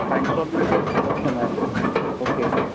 अच्छा इंस्टॉलमेंट जो ऑप्शन आहे ओके ओके